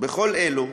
בכל אלו